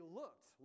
looked